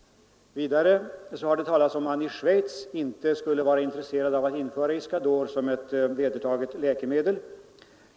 Vidare har det talats om att man i Schweiz inte skulle vara intresserad av att införa Iscador som ett vedertaget läkemedel.